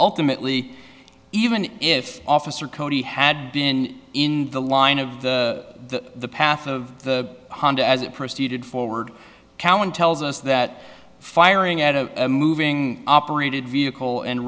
ultimately even if officer cody had been in the line of the path of the hunt as it proceeded forward callen tells us that firing at a moving operated vehicle and